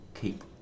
keep